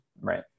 Right